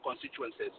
constituencies